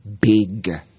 big